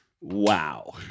Wow